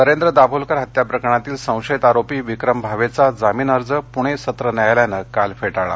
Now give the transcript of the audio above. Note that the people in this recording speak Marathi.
नरेन्द्र दाभोलकर हत्या प्रकरणातील संशयित आरोपी विक्रम भावेचा जामीन अर्ज पुणे सत्र न्यायालयानं काल फेटाळला